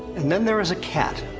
and then there is a cat,